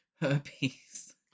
herpes